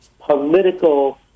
political